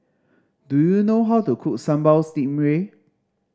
do you know how to cook Sambal Stingray